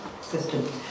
system